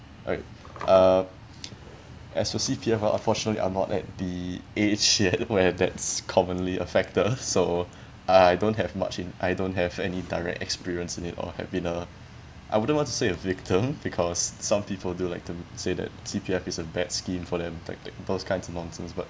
alright uh as for C_P_F uh unfortunately I'm not at the age yet where that's commonly a factor so I don't have much in I don't have any direct experience in it or have been a I wouldn't want to say a victim because some people do like to say that C_P_F is a bad scheme for them th~ those kind of nonsense but